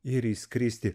ir įskristi